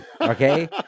okay